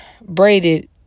braided